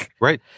Right